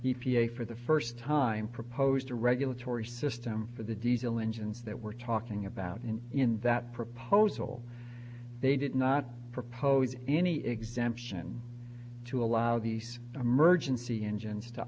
a for the first time proposed a regulatory system for the diesel engine that we're talking about in in that proposal they did not propose any exemption to allow these emergency engines to